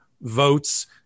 votes